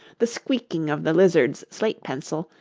the squeaking of the lizard's slate-pencil,